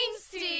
Steve